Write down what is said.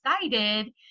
excited